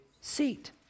seat